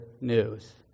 news